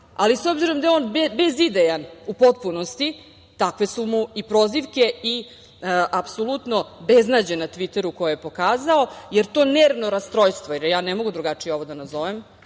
Ali, s obzirom da je on bezidejan u potpunosti, takve su mu i prozivke i apsolutno beznađe na Tviteru koje je pokazao, jer to nervno rastrojstvo, ja ne mogu drugačije ovo da nazovem,